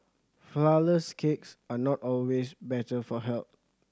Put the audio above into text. flourless cakes are not always better for health